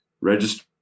register